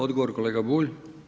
Odgovor, kolega Bulj.